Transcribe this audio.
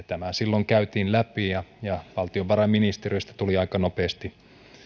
tämä silloin käytiin läpi ja ja valtiovarainministeriöstä tuli aika nopeasti